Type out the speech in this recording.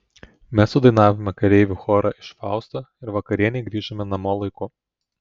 mes sudainavome kareivių chorą iš fausto ir vakarienei grįžome namo laiku